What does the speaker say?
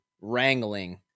wrangling